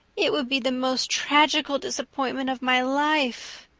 it would be the most tragical disappointment of my life.